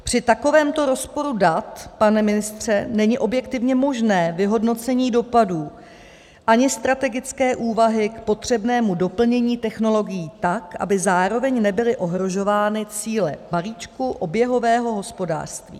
Při takovémto rozporu dat, pane ministře, není objektivně možné vyhodnocení dopadů, ani strategické úvahy k potřebnému doplnění technologií tak, aby zároveň nebyly ohrožovány cíle balíčku oběhového hospodářství.